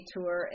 Tour